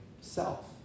self